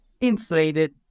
inflated